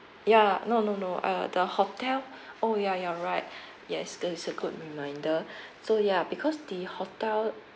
ya no no no uh the hotel oh ya you're right yes that is a good reminder so ya because the hotel